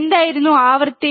എന്തായിരുന്നു ആവൃത്തി